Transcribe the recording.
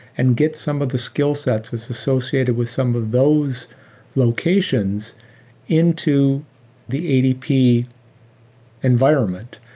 and get some of the skillsets that's associated with some of those locations into the adp environment.